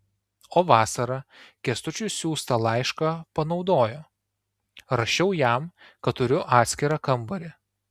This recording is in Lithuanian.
o vasarą kęstučiui siųstą laišką panaudojo rašiau jam kad turiu atskirą kambarį